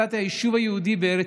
הן רק יודעות ששם לא יהיו להן לקוחות.